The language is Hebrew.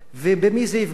במי זה יפגע?